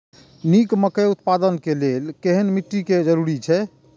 निक मकई उत्पादन के लेल केहेन मिट्टी के जरूरी छे?